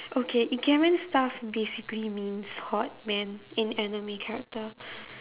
okay ikemen stuff basically means hot man in anime character